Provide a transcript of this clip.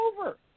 over